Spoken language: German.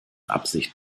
absicht